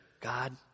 God